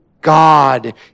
God